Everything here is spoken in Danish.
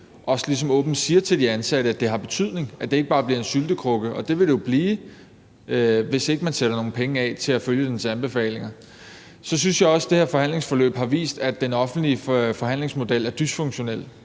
ligesom åbent siger til de ansatte, at det har betydning, og at det ikke bare bliver en syltekrukke, og det vil det jo blive, hvis ikke man sætter nogle penge af til at følge dens anbefalinger. Så synes jeg også, det her forhandlingsforløb har vist, at den offentlige forhandlingsmodel er dysfunktionel.